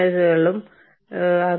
തന്ത്രപരമായ ആസൂത്രണമാണ് മറ്റൊന്ന്